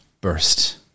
burst